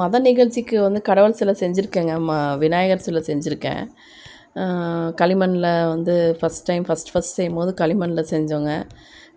மத நிகழ்ச்சிக்கு வந்து கடவுள் செலை செஞ்சுருக்கேங்க விநாயகர் சிலை செஞ்சுருக்கேன் களிமண்ணில் வந்து ஃபஸ்ட் டைம் ஃபஸ்ட் ஃபஸ்ட்டு செய்யும்போது களிமண்ணில் செஞ்சோங்க